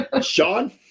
Sean